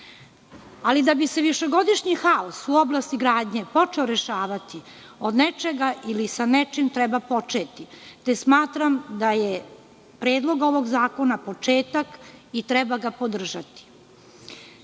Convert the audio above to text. da bi se višegodišnji haos u oblasti gradnje počeo rešavati, od nečega ili sa nečim treba početi. Smatram da je predlog ovog zakona početak i treba ga podržati. Još